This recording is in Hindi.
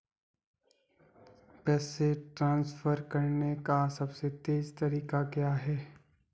पैसे ट्रांसफर करने का सबसे तेज़ तरीका क्या है?